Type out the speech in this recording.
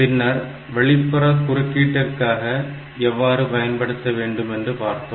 பின்னர் வெளிப்புற குறுக்கீட்டிற்காக எவ்வாறு பயன்படுத்த வேண்டும் என்று பார்த்தோம்